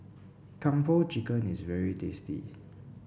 Kung Po Chicken is very tasty